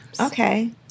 Okay